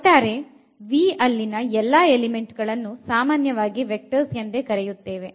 ಒಟ್ಟಾರೆ V ಅಲ್ಲಿನ ಎಲ್ಲ ಎಲಿಮೆಂಟ್ ಗಳನ್ನು ಸಾಮಾನ್ಯವಾಗಿ ವೆಕ್ಟರ್ಸ್ ಎಂದೇ ಕರೆಯುತ್ತೇವೆ